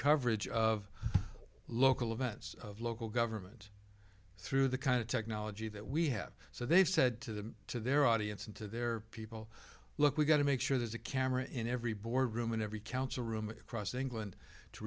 coverage of local events of local government through the kind of technology that we have so they've said to them to their audience and to their people look we've got to make sure there's a camera in every boardroom in every council room across england to